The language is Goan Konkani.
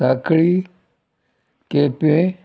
सांकळी केपें